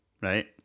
right